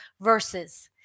verses